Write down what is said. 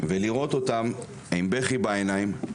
ולראות אותם עם בכי בעיניים.